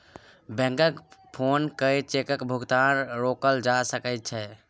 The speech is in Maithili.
बैंककेँ फोन कए चेकक भुगतान रोकल जा सकै छै